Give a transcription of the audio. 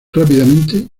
rápidamente